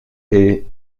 est